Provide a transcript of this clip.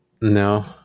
no